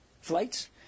flights